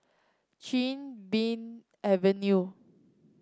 Chin Bee Avenue